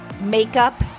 makeup